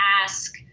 ask